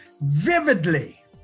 vividly